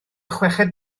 chweched